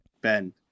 Ben